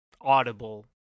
audible